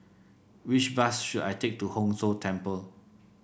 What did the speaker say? which bus should I take to Hong Tho Temple